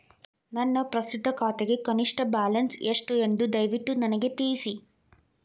ನನ್ನ ಪ್ರಸ್ತುತ ಖಾತೆಗೆ ಕನಿಷ್ಟ ಬ್ಯಾಲೆನ್ಸ್ ಎಷ್ಟು ಎಂದು ದಯವಿಟ್ಟು ನನಗೆ ತಿಳಿಸಿ